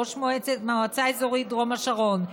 ראש מועצה אזורית דרום השרון,